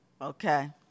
Okay